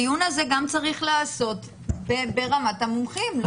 הדיון הזה גם צריך להיעשות ברמת המומחים.